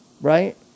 right